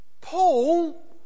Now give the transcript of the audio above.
Paul